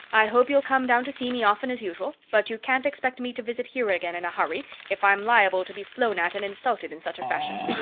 i hope you'll come down to see me often as usual. but you can't expect me to visit here again in a hurry, if i'm liable to be flown at and insulted in such a fashion.